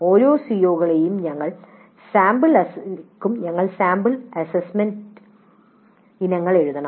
ഓരോ സിഒകൾക്കും ഞങ്ങൾ സാമ്പിൾ അസസ്മെൻറ് ഇനങ്ങൾ എഴുതണം